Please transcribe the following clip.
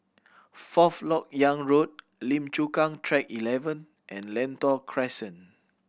Forth Lok Yang Road Lim Chu Kang Track Eleven and Lentor Crescent